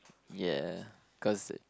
yeah cause